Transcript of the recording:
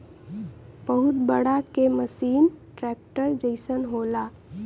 बहुत बड़ा के मसीन ट्रेक्टर जइसन होला